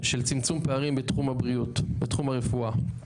של צמצום פערים בתחום הבריאות, בתחום הרפואה.